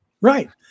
right